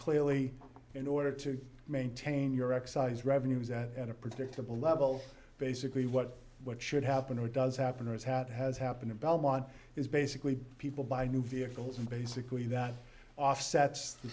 clearly in order to maintain your excise revenues at a predictable level basically what what should happen or does happen as hat has happened in belmont is basically people buy new vehicles and basically that offsets the